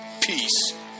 peace